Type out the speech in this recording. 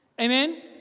Amen